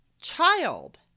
child